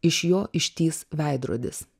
iš jo ištįs veidrodis